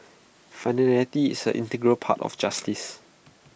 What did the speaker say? finality is an integral part of justice